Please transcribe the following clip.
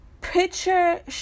picture